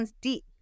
deep